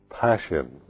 passion